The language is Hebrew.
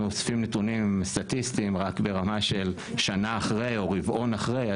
אוספים נתונים סטטיסטיים רק ברמה של שנה אחרי או רבעון אחרי.